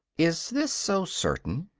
is this so certain?